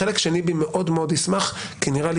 חלק שני בי מאוד מאוד ישמח כי נראה לי